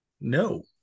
no